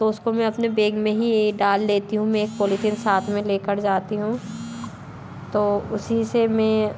तो उसको मैं अपने बैग मे ही ये डाल लेती हूँ मैं पॉलीथिन साथ में लेकर जाती हूँ तो उसी से मैं